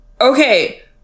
Okay